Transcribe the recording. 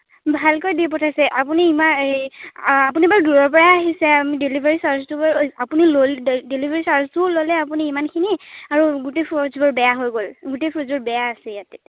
ভালকৈ দি পঠিয়াইছে আপুনি ইমান এই আপুনি বাৰু দূৰৰ পৰাই আহিছে ডেলিভাৰী চাৰ্জটো আপুনি লৈ ডেলিভাৰী চাৰ্জটোও ল'লে আপুনি ইমানখিনি আৰু গোটেই ফ্ৰুটচবোৰ বেয়া হৈ গ'ল গোটেই ফ্ৰুটচবোৰ বেয়া আছে ইয়াত